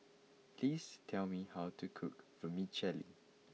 please tell me how to cook Vermicelli